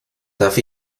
darf